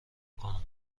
کنم